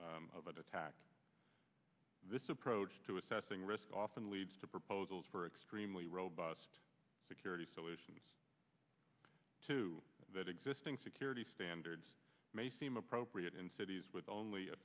of attack this approach to assessing risk often leads to proposals for extremely robust security solutions to that existing security standards may seem appropriate in cities with only a